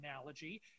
analogy